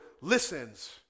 listens